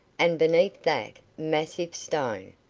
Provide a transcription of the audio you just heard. and beneath that, massive stone.